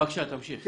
בבקשה, תמשיך.